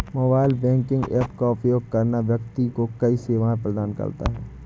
mobile banking app का उपयोग करना व्यक्ति को कई सेवाएं प्रदान करता है